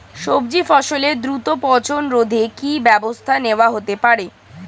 সবজি ফসলের দ্রুত পচন রোধে কি ব্যবস্থা নেয়া হতে পারে?